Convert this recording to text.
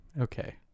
Okay